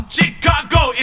Chicago